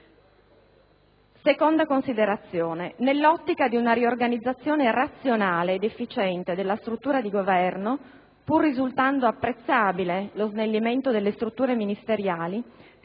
Inoltre, nell'ottica di una riorganizzazione razionale ed efficiente della struttura di Governo, pur risultando assai apprezzabile lo snellimento delle strutture ministeriali,